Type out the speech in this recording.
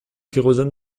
kérosène